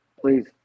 Please